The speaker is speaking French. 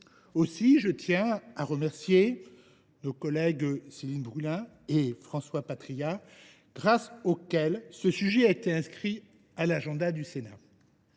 Aussi, je tiens à remercier nos collègues Céline Brulin et François Patriat, grâce auxquels ce sujet a été inscrit à l’agenda du Sénat.